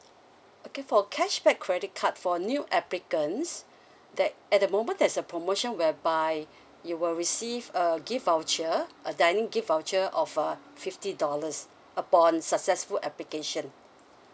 okay for cashback credit card for new applicants there at the moment there's a promotion whereby you will receive a gift voucher a dining gift voucher of uh fifty dollars upon successful application